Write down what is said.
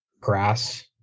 grass